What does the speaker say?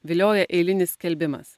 vilioja eilinis skelbimas